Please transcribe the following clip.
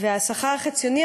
השכר החציוני,